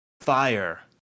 Fire